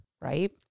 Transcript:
right